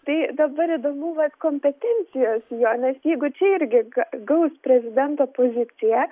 tai dabar įdomu vat kompetencijos jo nes jeigu čia irgi gaus prezidento poziciją